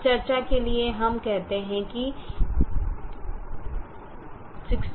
अब चर्चा के लिए हम कहते हैं कि 67 इष्टतम है